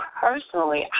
personally